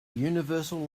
universal